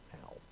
now